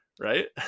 right